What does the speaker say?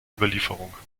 überlieferung